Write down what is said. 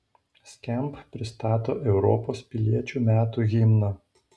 skamp pristato europos piliečių metų himną